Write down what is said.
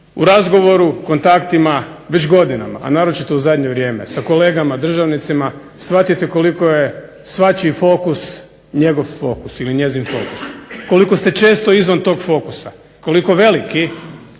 U razgovoru, kontaktima već godinama, a naročito u zadnje vrijeme sa kolegama državnicima shvatite koliko je svačiji fokus njegov fokus ili njezin fokus. Koliko ste često izvan tog fokusa. Koliko veliki